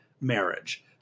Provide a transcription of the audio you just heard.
marriage